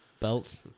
belt